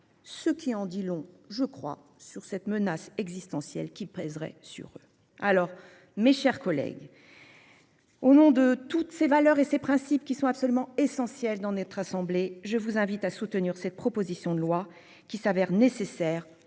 ce qui en dit long je crois sur cette menace existentielle qui pèserait sur alors, mes chers collègues. Au nom de toutes ses valeurs et ses principes qui sont absolument essentiels dans notre assemblée. Je vous invite à soutenir cette proposition de loi qui s'avère nécessaire